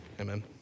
amen